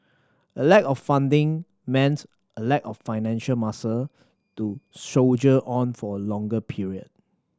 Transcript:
a lack of funding meant a lack of financial muscle to soldier on for a longer period